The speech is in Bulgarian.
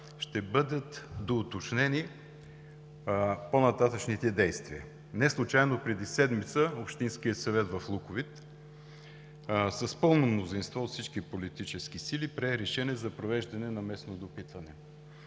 ще бъдат доуточнени по-нататъшните стъпки. Преди седмица Общинският съвет в Луковит с пълно мнозинство от всички политически сили прие решение за провеждане на местно допитване.